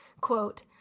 Quote